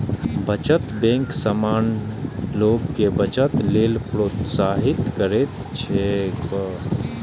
बचत बैंक सामान्य लोग कें बचत लेल प्रोत्साहित करैत छैक